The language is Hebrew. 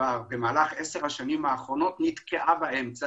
במהלך עשר השנים האחרונות נתקעה באמצע,